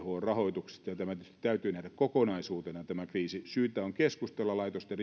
rahoituksesta ja tämä kriisi tietysti täytyy nähdä kokonaisuutena syytä on keskustella laitosten